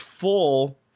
full